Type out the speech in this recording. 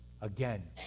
Again